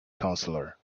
counselor